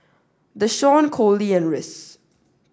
Dashawn Coley and Rhys